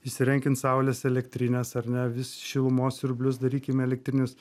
įsirengiant saulės elektrines ar ne vis šilumos siurblius darykime elektrinius